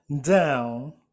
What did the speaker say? down